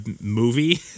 movie